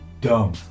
dumb